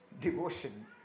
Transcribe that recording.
devotion